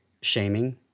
shaming